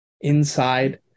inside